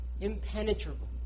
Impenetrable